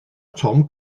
tom